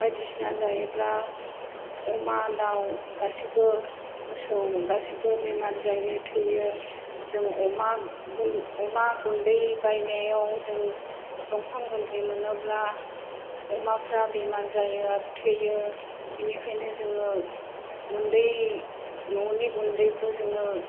बायदिसिना जायोब्ला अमा दाउ गासैबो मोसौ गासैबो बेमार जायो थैयो जों अमा गुन्दै बायनायाव जों दंफा गुन्द्रि मोनाब्ला अमाफोरा बेमार जायो आरो थैयो बेनिखायनो जोङो गुन्दै न'नि गुन्दैखौ जोङो